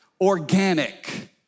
Organic